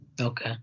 Okay